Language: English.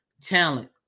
talent